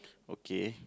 okay